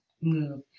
move